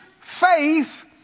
faith